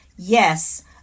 Yes